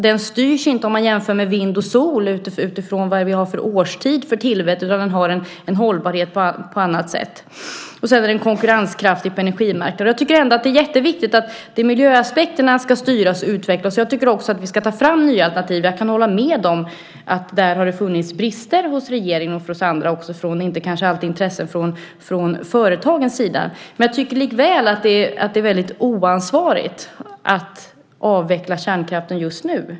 Den styrs inte som vind och sol av vilken årstid vi har för tillfället utan har en hållbarhet på annat sätt. Den är också konkurrenskraftig på energimarknaden. Jag tycker att det är jätteviktigt att miljöaspekterna ska utvecklas. Jag tycker också att vi ska ta fram nya alternativ. Där kan jag hålla med om att det har funnits brister hos regeringen och oss andra. Kanske har det inte heller alltid funnits ett intresse från företagens sida. Men jag tycker likväl att det är väldigt oansvarigt att avveckla kärnkraften just nu.